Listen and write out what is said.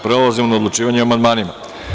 Prelazimo na odlučivanje o amandmanima.